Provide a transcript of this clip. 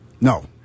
No